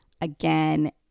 Again